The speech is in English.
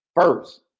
first